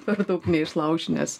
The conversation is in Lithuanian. per daug neišlauši nes